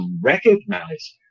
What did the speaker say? recognize